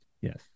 Yes